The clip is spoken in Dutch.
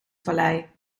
vallei